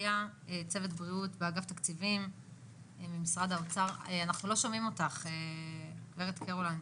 אנחנו לא נוותר כדי לראות באמת מה היו השיקולים בהתקנת אותן תקנות.